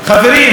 חברים,